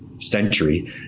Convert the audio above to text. century